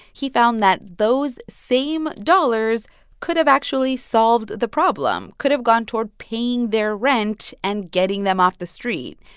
he found that those same dollars could have actually solved the problem, could have gone toward paying their rent and getting them off the street.